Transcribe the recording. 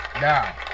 Now